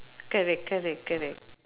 correct correct correct